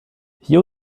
hier